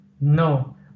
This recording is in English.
No